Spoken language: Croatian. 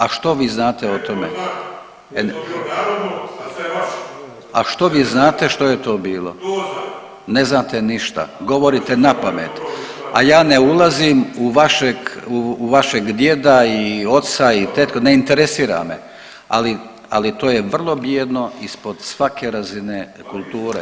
A što vi znate o tome? [[Upadica: Da je to bilo narodno, a sad je vaše.]] A što vi znate što je to bilo? [[Upadica: To znam.]] Ne znate ništa, govorite napamet, a ja ne ulazim u vašeg, u vašeg djeda i oca i tetku, ne interesira me, ali, ali to je vrlo bijedno, ispod svake razine kulture.